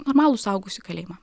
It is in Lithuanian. normalų suaugusių kalėjimą